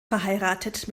verheiratet